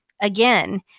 again